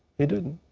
he didn't.